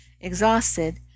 exhausted